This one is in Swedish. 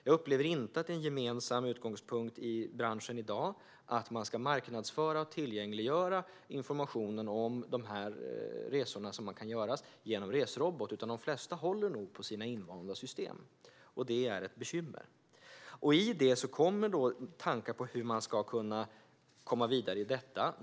Jag upplever inte att en gemensam utgångspunkt i branschen i dag är att marknadsföra och tillgängliggöra informationen om de resor som finns genom Resrobot, utan de flesta håller nog på sina invanda system. Det är ett bekymmer. Det finns tankar på hur man ska komma vidare.